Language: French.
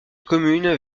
commune